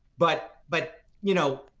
but but, you know,